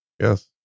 yes